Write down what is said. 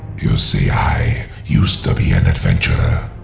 you see i used to be an adventurer,